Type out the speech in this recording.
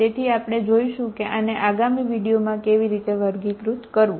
તેથી આપણે જોઈશું કે આને આગામી વિડીયોમાં કેવી રીતે વર્ગીકૃત કરવું